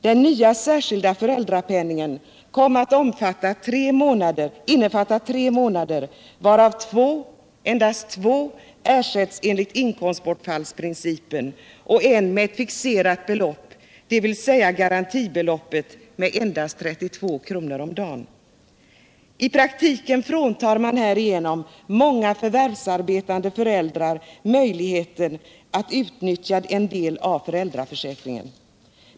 Den nya särskilda föräldrapenningen kom att innefatta tre månader varav endast två ersätts enligt inkomstbortfallsprincipen och en med ett fixerat belopp, dvs. garantibeloppet med 32 kr. per dag. I praktiken fråntar man härigenom många förvärvsarbetande föräldrar möjligheten att utnyttja en del av föräldraförsäkringen.